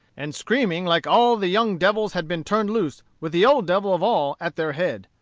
and screaming like all the young devils had been turned loose with the old devil of all at their head.